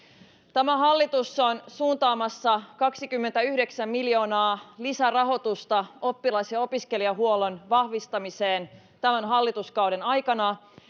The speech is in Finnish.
tämä hallitus on suuntaamassa kaksikymmentäyhdeksän miljoonaa lisärahoitusta oppilas ja opiskelijahuollon vahvistamiseen tämän hallituskauden aikana